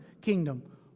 kingdom